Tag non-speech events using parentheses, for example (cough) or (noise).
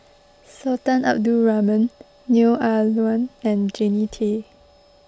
(noise) Sultan Abdul Rahman Neo Ah Luan and Jannie Tay